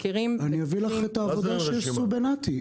אני אביא לך את העבודה שעשו בנת"י.